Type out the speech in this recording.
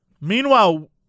Meanwhile